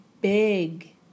Big